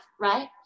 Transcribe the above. right